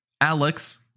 Alex